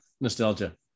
nostalgia